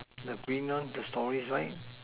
the been one the story right